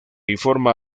informa